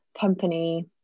company